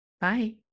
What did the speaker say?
Bye